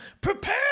prepare